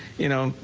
you know,